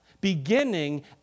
beginning